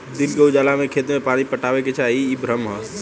दिन के उजाला में खेत में पानी पटावे के चाही इ भ्रम ह